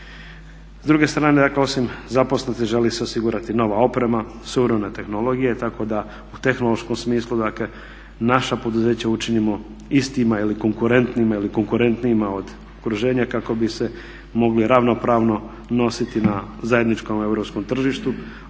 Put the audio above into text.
S druge strane dakle osim zaposlenosti želi se osigurati nova oprema, suvremena tehnologija i tako da u tehnološkom smislu dakle naša poduzeća učinimo istima ili konkurentnima ili konkurentnijima od okruženja kako bi se mogli ravnopravno nositi na zajedničkom europskom tržištu